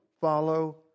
follow